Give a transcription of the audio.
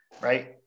right